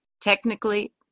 technically